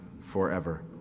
forever